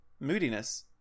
moodiness